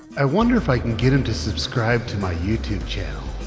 i wonder if i can get them to subscribe to my youtube channel.